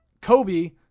Kobe